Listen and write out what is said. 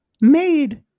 made